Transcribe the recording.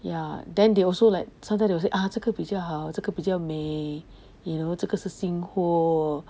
ya then they also like sometimes they will say ah 这个比较好这个比较美 you know 这个是新货